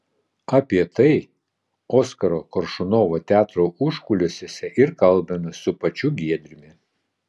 apie tai oskaro koršunovo teatro užkulisiuose ir kalbamės su pačiu giedriumi